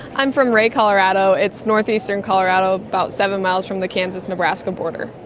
i'm from wray, colorado, it's north-eastern colorado, about seven miles from the kansas nebraska border.